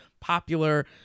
popular